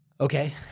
Okay